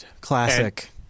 Classic